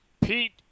Pete